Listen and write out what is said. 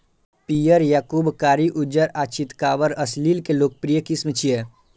पीयर, याकूब, कारी, उज्जर आ चितकाबर असील के लोकप्रिय किस्म छियै